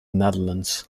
netherlands